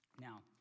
Now